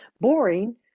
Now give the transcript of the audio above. Boring